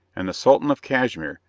and the sultan of cashmere,